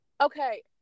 Okay